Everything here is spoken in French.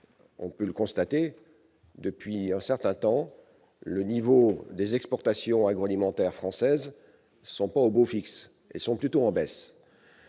on peut le constater, depuis un certain temps, le niveau des exportations agroalimentaires françaises n'est pas au beau fixe ; il est plutôt en baisse.